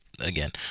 again